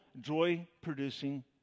joy-producing